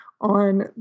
on